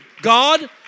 God